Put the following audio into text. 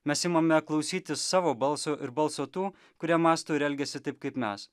mes imame klausytis savo balso ir balso tų kurie mąsto ir elgiasi taip kaip mes